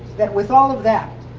that with all of that,